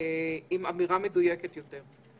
אמירה מדויקת יותר.